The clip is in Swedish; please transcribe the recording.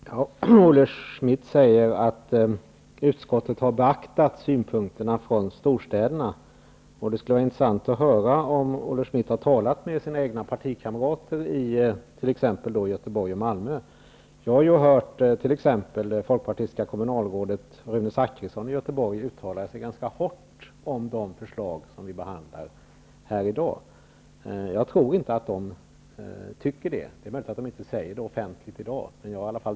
Herr talman! Olle Schmidt säger att utskottet har beaktat storstädernas synpunkter. Det skulle vara intressant att få veta om Olle Schmidt har talat med sina egna partikamrater i t.ex. Göteborg och Malmö. Jag har hört exempelvis Rune Zachrisson, folkpartistiskt kommunalråd i Göteborg, uttala sig ganska hårt om de förslag som vi behandlar här i dag. Jag tror inte att partikamraterna har samma uppfattning. Men det är möjligt att de inte säger offentligt i dag vad de tycker.